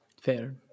fair